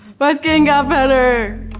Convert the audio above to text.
but skin got better.